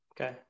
okay